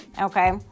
okay